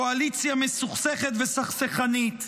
קואליציה מסוכסכת וסכסכנית.